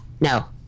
no